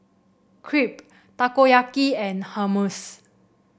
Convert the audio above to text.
Crepe Takoyaki and Hummus